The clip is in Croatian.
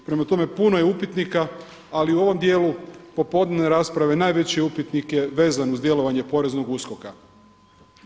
Prema tome, puno je upitnika, ali u ovom dijelu popodnevne rasprave najveći upitnik vezan je uz djelovanje poreznog USKOK-a.